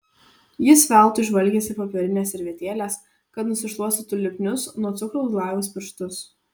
jis veltui žvalgėsi popierinės servetėlės kad nusišluostytų lipnius nuo cukraus glajaus pirštus